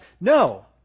no